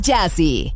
Jazzy